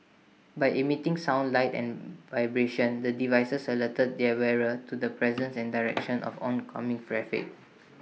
by emitting sound light and vibrations the devices alert their wearer to the presence and direction of oncoming traffic